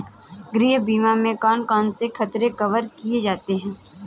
गृह बीमा में कौन कौन से खतरे कवर किए जाते हैं?